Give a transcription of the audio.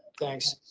thanks,